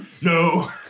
No